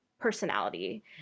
personality